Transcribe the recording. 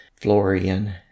Florian